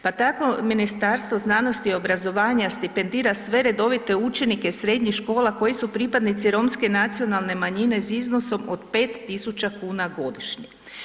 Pa tako Ministarstvo znanosti i obrazovanja stipendira sve redovite učenike srednjih škola koji su pripadnici romske nacionalne manjine s iznosom od 5.000,00 kn godišnje.